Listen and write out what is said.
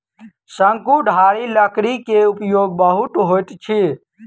शंकुधारी लकड़ी के उपयोग बहुत होइत अछि